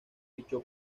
fichó